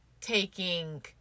taking